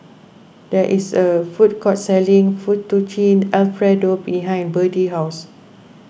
there is a food court selling Fettuccine Alfredo behind Berdie house